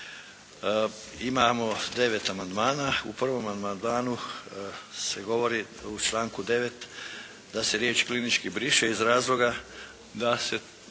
Imamo devet amandmana. U prvom amandmanu se govori u članku 9. da se riječ: "klinički" briše iz razloga da se